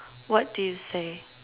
what do you say